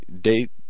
date